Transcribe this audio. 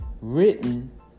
written